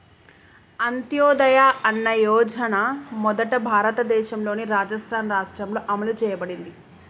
అంత్యోదయ అన్న యోజన మొదట భారతదేశంలోని రాజస్థాన్ రాష్ట్రంలో అమలు చేయబడింది